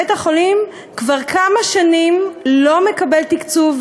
בית-החולים כבר כמה שנים לא מקבל תקציב.